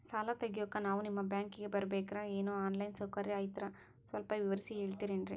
ಸಾಲ ತೆಗಿಯೋಕಾ ನಾವು ನಿಮ್ಮ ಬ್ಯಾಂಕಿಗೆ ಬರಬೇಕ್ರ ಏನು ಆನ್ ಲೈನ್ ಸೌಕರ್ಯ ಐತ್ರ ಸ್ವಲ್ಪ ವಿವರಿಸಿ ಹೇಳ್ತಿರೆನ್ರಿ?